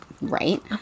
Right